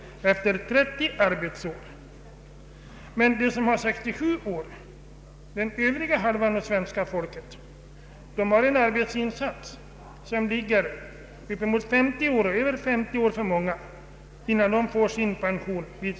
Men de som uppnår pensionsåldern vid 67 år — den andra hälften av svenska folket — har gjort en arbetsinsats som för många uppgår till inemot 50 år och däröver innan de får sin pension.